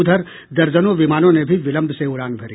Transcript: उधर दर्जनों विमानों ने भी विलंब से उड़ान भरी